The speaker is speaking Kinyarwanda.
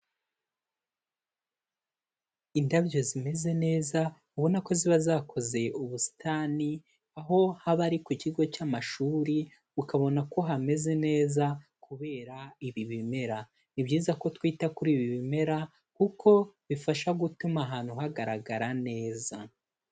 Indabyo zimeze neza ubona ko ziba zakoze ubusitani, aho haba ari ku kigo cy'amashuri ukabona ko hameze neza kubera ibi bimera; ni byiza ko twita kuri ibi bimera kuko bifasha gutuma ahantu hagaragara neza.